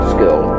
Skill